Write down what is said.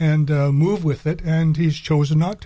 and move with it and he's chosen not